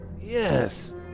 Yes